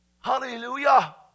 Hallelujah